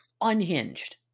unhinged